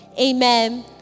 amen